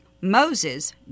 Moses